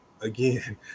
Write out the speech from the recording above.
again